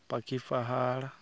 ᱯᱟᱠᱷᱤ ᱯᱟᱦᱟᱲ